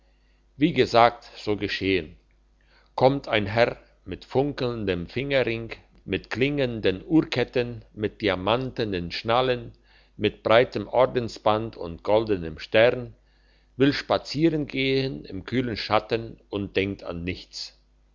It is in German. wie gesagt so geschehen kommt ein herr mit funkelndem fingerring mit klingenden uhrenketten mit diamantnen schnallen mit breitem ordensband und goldnem stern will spazieren gehn im kühlen schatten und denkt an nichts